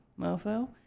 mofo